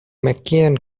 mckean